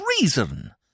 reason